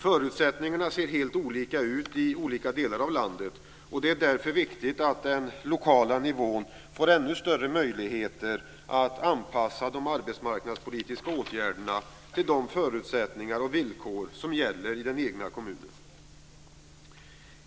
Förutsättningarna ser helt olika ut i olika delar av landet. Det är därför viktigt att den lokala nivån får ännu större möjligheter att anpassa de arbetsmarknadspolitiska åtgärderna till de förutsättningar och villkor som gäller i den egna kommunen.